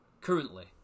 currently